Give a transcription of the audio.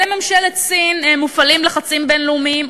על ממשלת סין מופעלים לחצים בין-לאומיים,